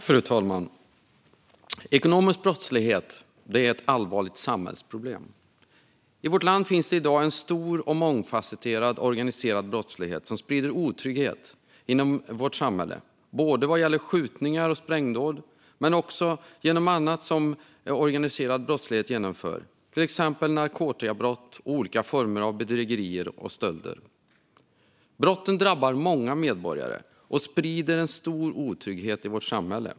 Fru talman! Ekonomisk brottslighet är ett allvarligt samhällsproblem. I vårt land finns i dag en stor och mångfasetterad organiserad brottslighet som sprider otrygghet i vårt samhälle. Det handlar om skjutningar och sprängdåd men också om annan organiserad brottslighet, till exempel narkotikabrott och olika former av bedrägerier och stölder. Brotten drabbar många medborgare och sprider en stor otrygghet i vårt samhälle.